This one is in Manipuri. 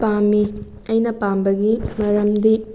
ꯄꯥꯝꯃꯤ ꯑꯩꯅ ꯄꯥꯝꯕꯒꯤ ꯃꯔꯝꯗꯤ